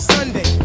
Sunday